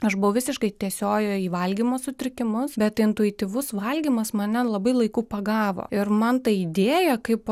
aš buvau visiškai tiesiojoj į valgymo sutrikimus bet intuityvus valgymas mane labai laiku pagavo ir man ta idėja kaip